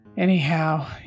Anyhow